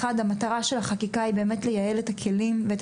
המטרה של החקיקה היא לייעל את הכלים ואת